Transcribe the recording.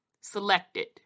selected